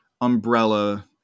umbrella